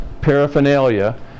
paraphernalia